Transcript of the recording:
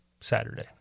Saturday